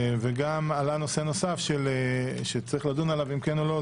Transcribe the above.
וגם עלה נושא נוסף שצריך לדון עליו אם כן או לא,